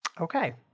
Okay